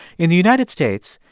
in the united states,